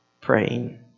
praying